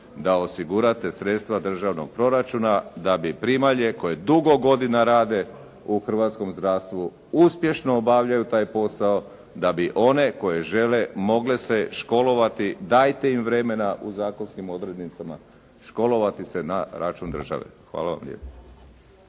da osigurate sredstva državnog proračuna da bi primalje koje dugo godina rade u hrvatskom zdravstvu, uspješno obavljaju taj posao, da bi one koje žele mogle se školovati, dajte im vremena u zakonskim odrednicama, školovati se na račun države. Hvala vam lijepo.